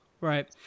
Right